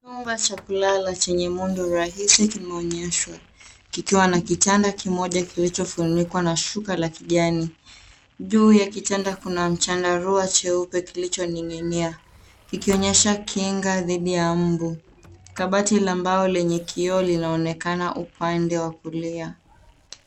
Chumba cha kulala chenye muundo rahisi kimeonyeshwa kikiwa na kitanda kimoja kilichofunikwa na shuka la kijani. Juu ya kitanda kuna chandarua cheupe kilichoning'inia kikionyesha kinga dhidi ya mbu. Kabati la mbao lenye kioo linaonekana upande wa kulia.